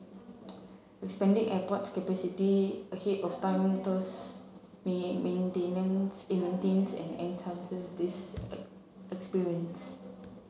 expanding airport capacity ahead of time thus maintains and enhances this experience